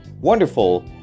wonderful